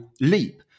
leap